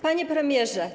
Panie Premierze!